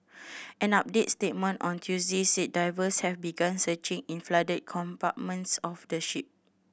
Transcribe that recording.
an updated statement on Tuesday said divers have begun searching in the flooded compartments of the ship